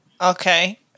okay